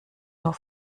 nur